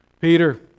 Peter